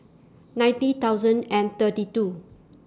ninety thousand and thirty two